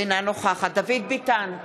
אינה נוכחת דוד ביטן,